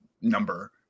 number